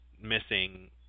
missing